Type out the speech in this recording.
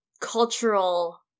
cultural